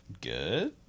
good